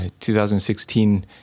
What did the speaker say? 2016